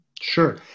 sure